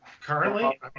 Currently